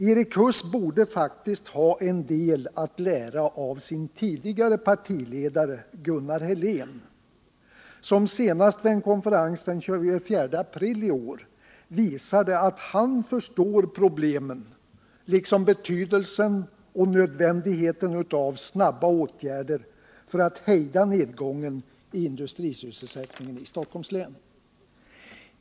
Erik Huss borde faktiskt ha en del att lära av sin tidigare partiledare, Gunnar Helén, som senast vid en konferens den 24 april i år visade att han förstår problemen liksom betydelsen och nödvändigheten av snabba åtgärder för att hejda nedgången i industrisysselsättningen i Stockholms län.